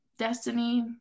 Destiny